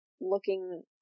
looking